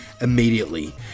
immediately